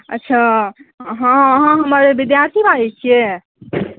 अच्छा हँ अहाँ हमर विद्यार्थी बाजै छियै